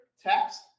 text